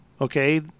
okay